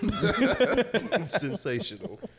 sensational